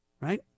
right